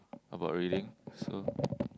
about reading so